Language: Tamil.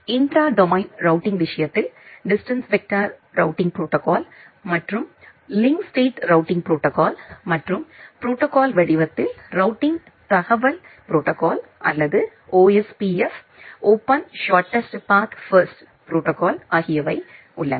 இன்ட்ரா டொமைன் ரூட்டிங் விஷயத்தில் distance vector routing protocol link state routing protocol மற்றும் ப்ரோடோகால் வடிவத்தில் ரூட்டிங் தகவல் ப்ரோடோகால் அல்லது ஒஸ்பிப் ப்ரோடோகால் ஆகியவை உள்ளன